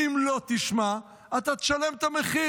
ואם לא תשמע אתה תשלם את המחיר.